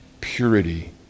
purity